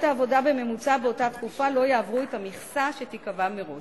העבודה בממוצע באותה תקופה לא יעבור את המכסה שתיקבע מראש.